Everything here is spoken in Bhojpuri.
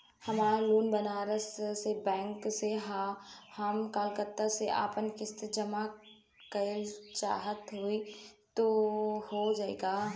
हमार लोन बनारस के बैंक से ह हम कलकत्ता से आपन किस्त जमा कइल चाहत हई हो जाई का?